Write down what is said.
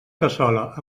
cassola